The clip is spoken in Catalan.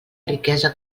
riquesa